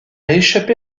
échappé